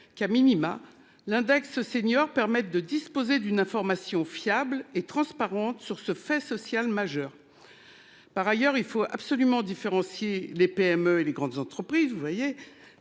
qui a minima l'index senior permettent de disposer d'une information fiable et transparente sur ce fait social majeur. Par ailleurs, il faut absolument différencier les PME et les grandes entreprises vous voyez